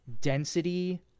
density